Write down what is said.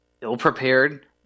ill-prepared